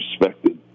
respected